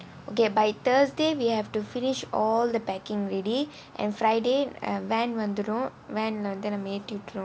okay by thursday we have to finish all the packing ready and friday van வந்திரும்:vanthirum van வந்து நம்மளே ஏற்றிவிடும்:vanthu naamalae ettrividum